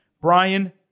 Brian